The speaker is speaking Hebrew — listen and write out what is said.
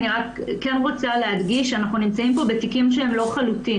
אני רק כן רוצה להדגיש שאנחנו נמצאים פה בתיקים לא חלוטים,